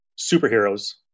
superheroes